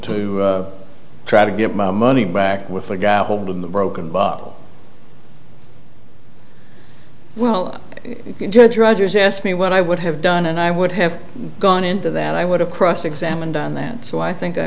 to try to get my money back with the guy holding the broken bottle well you can judge rogers asked me what i would have done and i would have gone into that i would have cross examined on that so i think i